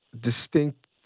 distinct